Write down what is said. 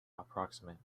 approximant